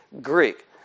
Greek